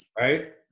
right